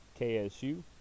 KSU